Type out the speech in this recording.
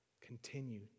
Continue